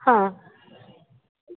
ಹಾಂ